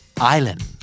Island